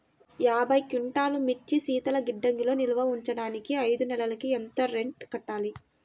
యాభై క్వింటాల్లు మిర్చి శీతల గిడ్డంగిలో నిల్వ ఉంచటానికి ఐదు నెలలకి ఎంత రెంట్ కట్టాలి?